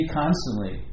constantly